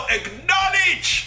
acknowledge